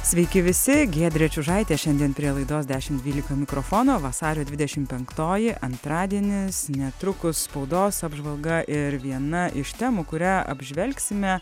sveiki visi giedrė čiužaitė šiandien prie laidos dešim dvylika mikrofono vasario dvidešim penktoji antradienis netrukus spaudos apžvalga ir viena iš temų kurią apžvelgsime